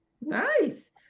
Nice